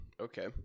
Okay